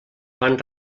fan